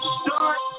start